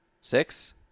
six